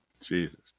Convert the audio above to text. Jesus